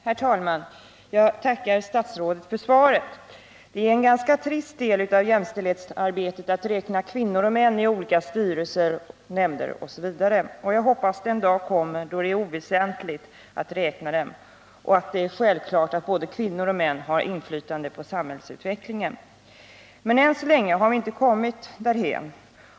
Herr talman! Jag tackar statsrådet för svaret. Det är en ganska trist del av jämställdhetsarbetet att räkna kvinnor och män i olika styrelser, nämnder osv. Och jag hoppas den dag kommer då det är oväsentligt att räkna dem och det är självklart att både kvinnor och män har inflytande på samhällsutvecklingen. Men än så länge har vi inte kommit därhän.